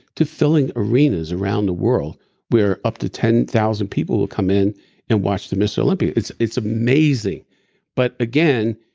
to filling arenas around the world where up to ten thousand people would come in and watch the mr. olympia. it's it's amazing but again,